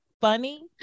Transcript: funny